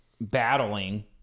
battling